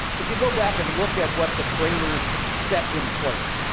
if you go back and look at what the framers set in place,